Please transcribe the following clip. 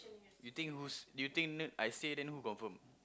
you think whose you think then I say then who confirm